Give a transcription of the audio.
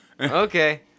Okay